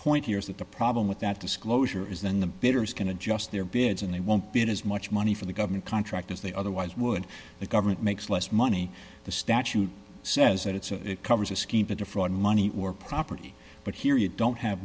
is that the problem with that disclosure is then the bidders can adjust their bids and they won't be in as much money for the government contract as they otherwise would the government makes less money the statute says that it's a it covers a scheme to defraud money or property but here you don't have